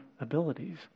abilities